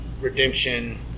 redemption